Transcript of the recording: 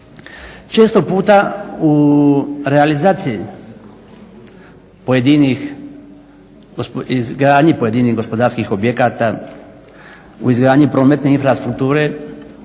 Često puta u realizaciji, izgradnji pojedinih gospodarskih objekata, u izgradnji prometne infrastrukture,